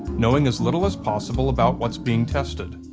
knowing as little as possible about what's being tested.